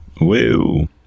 Woo